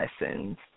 lessons